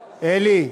אלי,